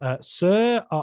Sir